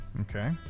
Okay